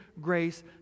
grace